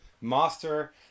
master